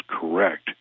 correct